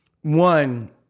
one